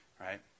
right